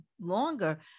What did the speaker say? longer